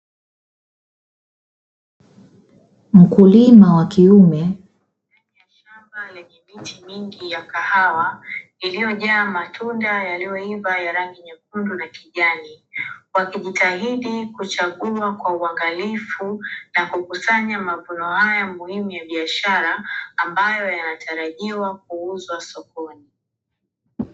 Mkulima wa kiume ndani ya shamba lenye miti mingi ya kahawa, iliyojaa matunda yaliyoiva ya rangi nyekundu na kijani, wakijitahidi kuchagua kwa uangalivu na kukusanya mavuno haya muhimu ya biashara; ambayo yanatarajiwa kuuzwa sokoni.